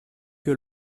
que